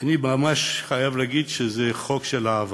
אני ממש חייב להגיד שזה חוק של אהבה.